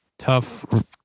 Tough